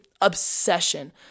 obsession